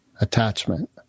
attachment